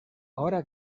ahora